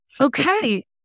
Okay